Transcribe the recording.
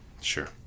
Sure